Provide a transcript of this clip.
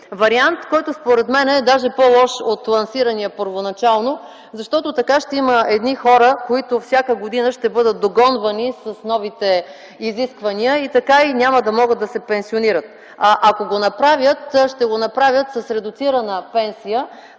вариант, който, според мен, е даже по-лош от лансирания първоначално, защото така ще има едни хора, които всяка година ще бъдат догонвани с новите изисквания и така и няма да могат да се пенсионират, а ако го направят ще го направят с редуцирана пенсия,